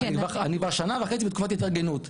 אני כבר שנה וחצי בתקופת התארגנות,